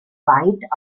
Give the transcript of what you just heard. weit